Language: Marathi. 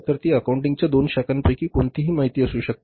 तर ती अकाउंटिंग च्या दोन शाखांपैकी कोणतीही माहिती असू शकते